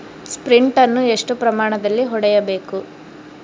Sprint ಅನ್ನು ಎಷ್ಟು ಪ್ರಮಾಣದಲ್ಲಿ ಹೊಡೆಯಬೇಕು?